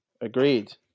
Agreed